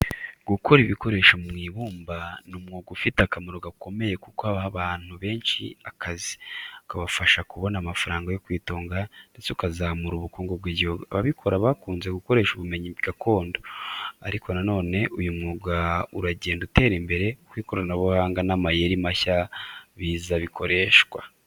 Gukora ibikoresho mu ibumba ni umwuga ufite akamaro gakomeye kuko uha abantu benshi akazi, ukabafasha kubona amafaranga yo kwitunga, ndetse ukazamura ubukungu bw’igihugu. Ababikora bakunze gukoresha ubumenyi gakondo, ariko na none uyu mwuga uragenda utera imbere uko ikoranabuhanga n’amayeri mashya biza bikoreshwa.